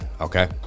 Okay